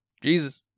Jesus